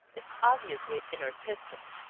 is obviously inartistic.